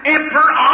Emperor